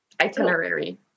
itinerary